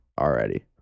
already